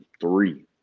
three